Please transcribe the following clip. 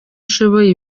nshoboye